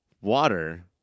water